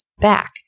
back